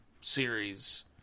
series